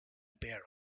bear